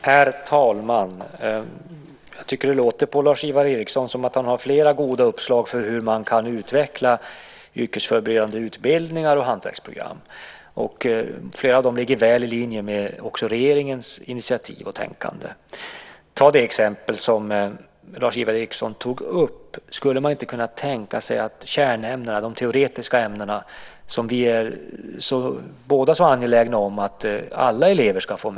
Herr talman! Jag tycker att det låter på Lars-Ivar Ericson som om han har flera goda uppslag för hur man kan utveckla yrkesförberedande utbildningar och hantverksprogram. Flera av dem ligger väl i linje också med regeringens initiativ och tänkande. Ta det exempel som Lars-Ivar Ericson tog upp - kärnämnena, de teoretiska ämnena, som vi båda är så angelägna om att alla elever ska få med sig.